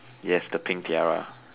yes the pink tiara